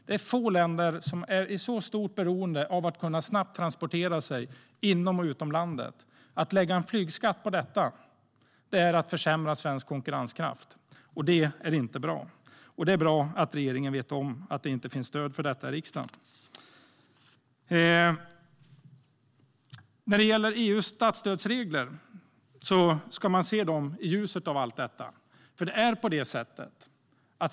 Få andra länder är så beroende av att man snabbt ska kunna transportera sig inom och utom landet. Att lägga en flygskatt på detta är att försämra svensk konkurrenskraft, vilket inte är bra. Det är bra att regeringen vet om att det inte finns stöd för detta i riksdagen. När det gäller EU:s statsstödsregler ska man se dem i ljuset av allt detta.